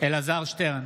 אלעזר שטרן,